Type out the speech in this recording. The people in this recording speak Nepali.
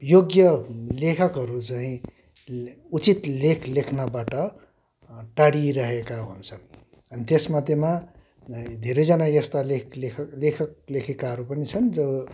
योग्य लेखकहरू चाहिँ उचित लेख लेख्नबाट टाढिरहेका हुन्छ्न् अनि त्यसमध्येमा धेरैजना यस्ता लेख लेखक लेखक लेखिकाहरू पनि छ्न् जो